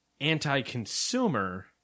anti-consumer